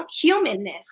humanness